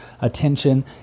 attention